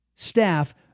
staff